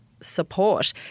support